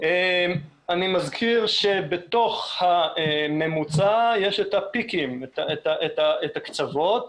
אני מזכיר שבתוך הממוצע יש את הפיקים, את הקצוות,